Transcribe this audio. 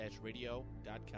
radio.com